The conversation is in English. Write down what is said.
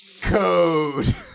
Code